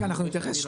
אנחנו נתייחס.